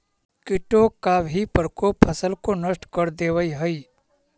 कीटों का भी प्रकोप फसल को नष्ट कर देवअ हई